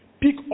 pick